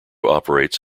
operates